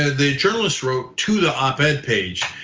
ah the journalist wrote to the op-ed page,